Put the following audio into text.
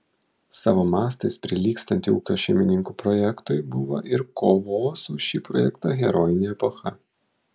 savo mastais prilygstantį ūkio šeimininkų projektui buvo ir kovos už šį projektą herojinė epocha